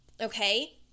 okay